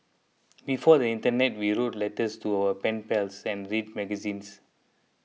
before the internet we wrote letters to our pen pals send read magazines